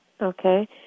Okay